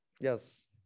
Yes